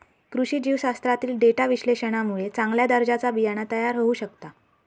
कृषी जीवशास्त्रातील डेटा विश्लेषणामुळे चांगल्या दर्जाचा बियाणा तयार होऊ शकता